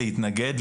להתנגד,